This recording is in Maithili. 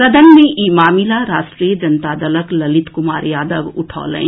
सदन मे ई मामिला राष्ट्रीय जनता दलक ललित कुमार यादव उठौलनि